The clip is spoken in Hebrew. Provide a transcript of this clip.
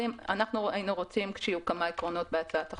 היינו רוצים שיהיו כמה עקרונות בהצעת החוק.